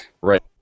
right